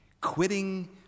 quitting